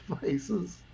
devices